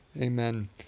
Amen